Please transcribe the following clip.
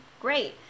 Great